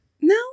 No